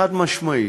חד-משמעית.